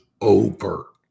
over